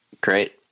Great